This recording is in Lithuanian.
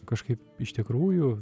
kažkaip iš tikrųjų